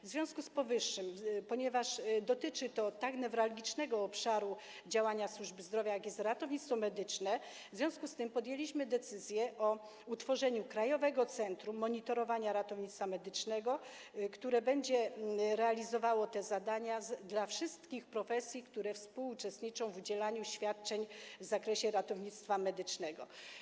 W związku z powyższym, ponieważ dotyczy to tak newralgicznego obszaru działania służby zdrowia, jakim jest ratownictwo medyczne, podjęliśmy decyzję o utworzeniu Krajowego Centrum Monitorowania Ratownictwa Medycznego, które będzie realizowało zadania na rzecz wszystkich profesji, które współuczestniczą w udzielaniu świadczeń w zakresie ratownictwa medycznego.